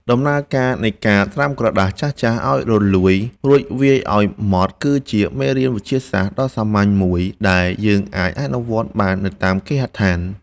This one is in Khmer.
ដំណើរការនៃការត្រាំក្រដាសចាស់ៗឱ្យរលួយ រួចវាយឱ្យម៉ត់គឺជាមេរៀនវិទ្យាសាស្ត្រដ៏សាមញ្ញមួយ ដែលយើងអាចអនុវត្តបាននៅតាមគេហដ្ឋាន។